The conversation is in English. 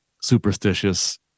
superstitious